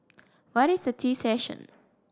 what is a tea session